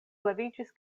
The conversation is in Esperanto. leviĝis